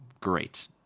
Great